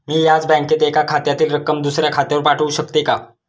मी याच बँकेत एका खात्यातील रक्कम दुसऱ्या खात्यावर पाठवू शकते का?